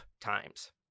times